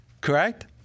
Correct